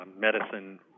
medicine